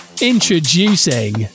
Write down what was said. introducing